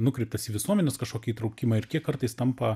nukreiptas į visuomenės kažkokį įtraukimą ir kiek kartais tampa